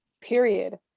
period